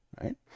right